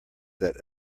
that